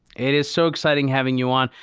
it is so exciting having you on.